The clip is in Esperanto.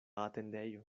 atendejo